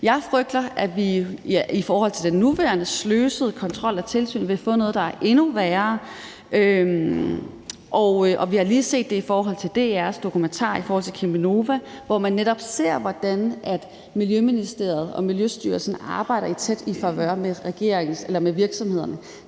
Jeg frygter, at vi i forhold til den nuværende sløsede kontrol og tilsyn vil få noget, der er endnu værre. Vi har lige set det i forhold til DR's dokumentar om Cheminova, hvor man netop ser, hvordan Miljøministeriet og Miljøstyrelsen arbejder tæt i favør med virksomhederne.